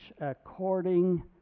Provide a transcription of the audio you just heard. according